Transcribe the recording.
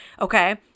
okay